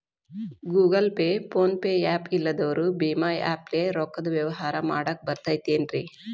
Google Pay, PhonePe app ಇಲ್ಲದವರು ಭೇಮಾ app ಲೇ ರೊಕ್ಕದ ವ್ಯವಹಾರ ಮಾಡಾಕ್ ಬರತೈತೇನ್ರೇ?